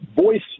voice